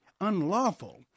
unlawful